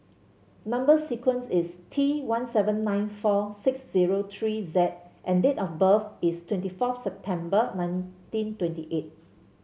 number sequence is T one seven nine four six zero three Z and date of birth is twenty fourth September nineteen twenty eight